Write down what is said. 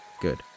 good